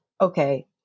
okay